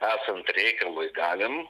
esant reikalui galim